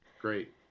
Great